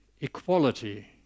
equality